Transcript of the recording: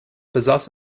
besaß